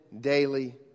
daily